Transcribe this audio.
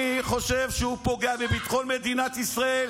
אני חושב שהוא פוגע בביטחון מדינת ישראל,